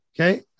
okay